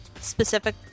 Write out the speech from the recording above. specific